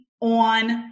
on